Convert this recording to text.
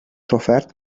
sofert